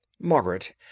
Margaret